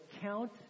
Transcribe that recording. count